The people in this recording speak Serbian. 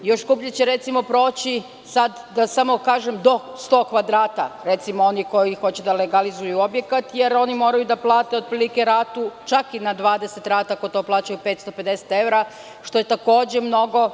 Još skuplje će, recimo, proći do 100 kvadrata, oni koji hoće da legalizuju objekat, jer oni moraju da plate ratu otprilike čak i na 20 rata ako to plaćaju 550 evra, što je takođe mnogo.